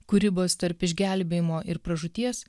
kur ribos tarp išgelbėjimo ir pražūties